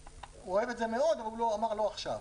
הוא אוהב את זה מאוד, הוא אמר לא עכשיו.